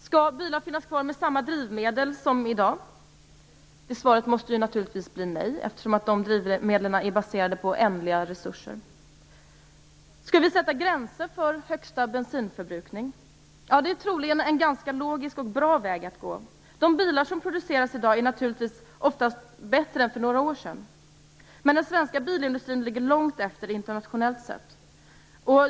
Skall bilar finnas kvar med samma drivmedel som i dag? Svaret på den frågan måste naturligtvis bli nej, eftersom de drivmedlen är baserade på ändliga resurser. Skall vi sätta gränser för en högsta bensinförbrukning? Ja, det är troligen en ganska logisk och bra väg att gå. De bilar som produceras i dag är naturligtvis oftast bättre än för några år sedan, men den svenska bilindustrin ligger långt efter internationellt sett.